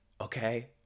Okay